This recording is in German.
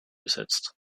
besetzt